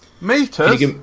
Meters